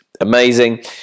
amazing